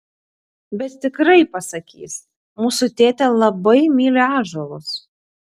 bet tikrai pasakys mūsų tėtė labai myli ąžuolus